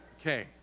okay